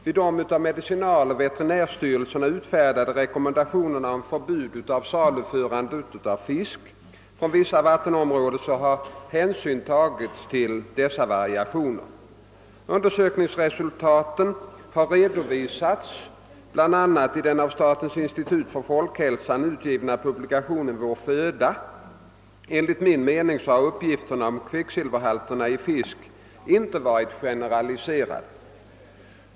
Vid de av medicinaloch veterinärstyrelserna utfärdade rekommendationerna om förbud att saluhålla fisk från vissa vattenområden har hänsyn tagits till dessa variationer. Undersökningsresultaten har redovisats bl.a. i den av statens institut för folkhälsan utgivna publikationen Vår föda. Enligt min mening har uppgifterna om kvicksilverhalten i fisk inte varit generaliserande.